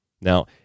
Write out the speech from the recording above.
Now